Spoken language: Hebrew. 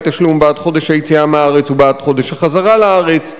תשלום בעד חודש היציאה מהארץ ובעד חודש החזרה לארץ,